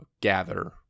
gather